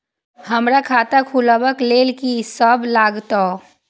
हमरा खाता खुलाबक लेल की सब लागतै?